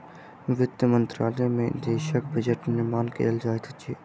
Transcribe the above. वित्त मंत्रालय में देशक बजट निर्माण कयल जाइत अछि